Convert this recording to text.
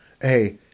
Hey